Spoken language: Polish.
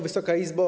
Wysoka Izbo!